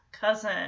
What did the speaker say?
cousin